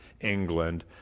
England